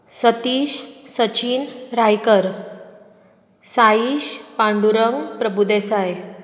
Satish Sachin Raikar Saish Pandurang Prabhudesai